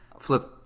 flip